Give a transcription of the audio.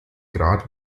grad